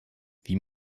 wie